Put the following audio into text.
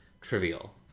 trivial